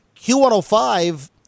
Q105